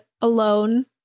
alone